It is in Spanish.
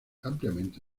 ampliamente